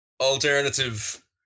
alternative